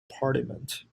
parliament